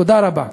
תודה רבה.